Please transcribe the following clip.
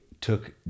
took